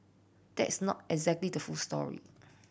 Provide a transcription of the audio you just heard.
that's not exactly the full story